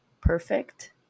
perfect